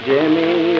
Jimmy